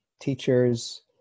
teachers